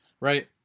right